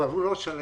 אבל הוא לא שם.